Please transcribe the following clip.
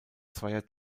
zweier